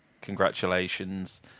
congratulations